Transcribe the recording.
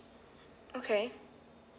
okay